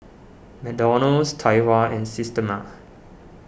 McDonald's Tai Hua and Systema